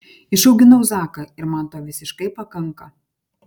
išauginau zaką ir man to visiškai pakanka